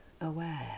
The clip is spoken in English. aware